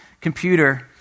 computer